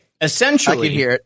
essentially